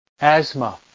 asthma